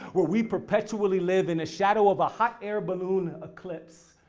where we perpetually live in a shadow of a hot air balloon eclipse.